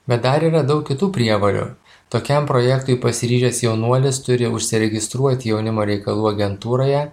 bet dar yra daug kitų prievolių tokiam projektui pasiryžęs jaunuolis turi užsiregistruot jaunimo reikalų agentūroje